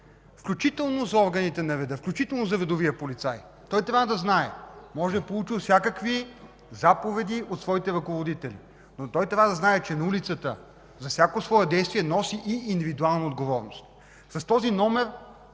включително за органите на реда, включително за редовия полицай. Той трябва да знае, може да е получил всякакви заповеди от своите ръководители, но трябва да знае, че на улицата за всяко свое действие носи и индивидуална отговорност. С този номер